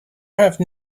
have